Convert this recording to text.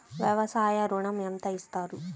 వ్యవసాయ ఋణం ఎంత ఇస్తారు?